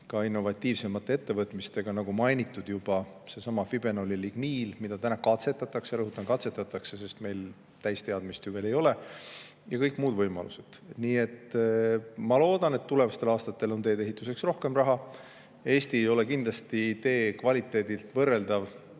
ka innovatiivsemate ettevõtmistega. Ma juba mainisin sedasama Fibenoli ligniini, mida katsetatakse – rõhutan, katsetatakse, sest meil täisteadmist ju veel ei ole –, ja on kõik muud võimalused. Nii et ma loodan, et tulevastel aastatel on tee-ehituseks rohkem raha. Eesti ei ole kindlasti teede kvaliteedi poolest võrreldav